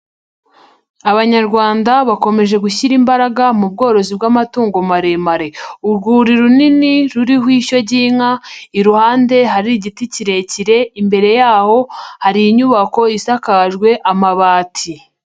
Abanyarwanda bakomeje gushyira imbaraga mu bworozi bw'amatungo maremare. Urwuri runini ruriho ishyo ry'inka, iruhande hari igiti kirekire, imbere yaho hari inyubako isakajwe amabati.